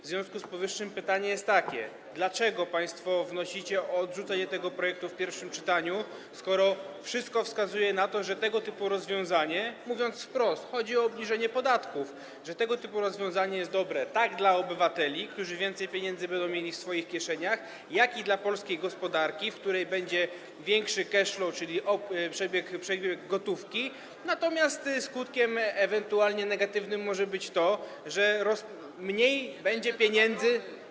W związku z powyższym pytanie jest takie, dlaczego państwo wnosicie o odrzucenie tego projektu w pierwszym czytaniu, skoro wszystko wskazuje na to, że tego typu rozwiązanie - mówiąc wprost, chodzi o obniżenie podatków - jest dobre tak dla obywateli, którzy więcej pieniędzy będą mieli w swoich kieszeniach, jak i dla polskiej gospodarki, w której będzie większy cash flow, czyli przepływ gotówki, natomiast skutkiem ewentualnie negatywnym może być to, że mniej będzie pieniędzy.